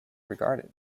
regarded